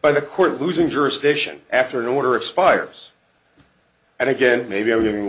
by the court losing jurisdiction after an order expires and again maybe